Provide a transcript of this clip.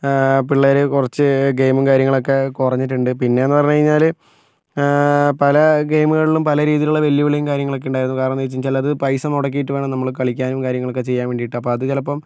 പിള്ളേർ കുറച്ച് ഗെയിമും കാര്യങ്ങളൊക്കെ കുറഞ്ഞിട്ടുണ്ട് പിന്നെയെന്ന് പറഞ്ഞു കഴിഞ്ഞാൽ പല ഗെയിമുകളിലും പല രീതിയിലുള്ള വെല്ലുവിളിയും കാര്യങ്ങളൊക്കെ ഉണ്ടായിരുന്നു കാരണം എന്ന് വച്ച് വച്ചാൽ അത് പൈസ മുടക്കിയിട്ട് വേണം നമ്മൾ കളിക്കാനും കാര്യങ്ങളൊക്കെ ചെയ്യാൻ വേണ്ടിയിട്ട് അപ്പം അത് ചിലപ്പം